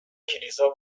کلیسا